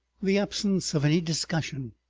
the absence of any discussion,